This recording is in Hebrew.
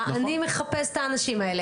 אמר לך: אני מחפש את האנשים האלה,